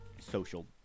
social